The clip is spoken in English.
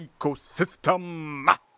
ecosystem